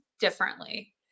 differently